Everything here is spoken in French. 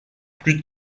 plus